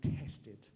tested